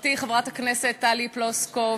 חברתי חברת הכנסת טלי פלוסקוב,